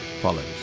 follows